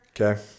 Okay